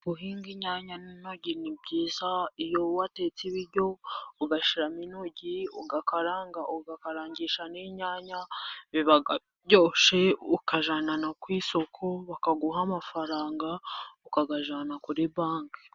Guhinga inyanya ni'ntoryi ni byiza, iyo watetse ibiryo ugashiramo intoryi, ugakarangisha n'inyanya, biba biryoshe ukajyana no ku isoko, bakaguha amafaranga, ukayajyana kuri banki.